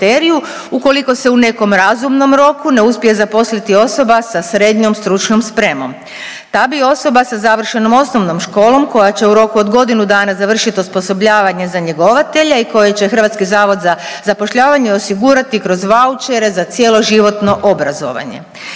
ukoliko se u nekom razumnom roku ne uspje zaposliti osoba sa srednjom stručnom spremom. Ta bi osoba sa završenom osnovnom školom koja će u roku od godinu dana završit osposobljavanje za njegovatelja i kojoj će HZZ osigurati kroz vaučere za cjeloživotno obrazovanje.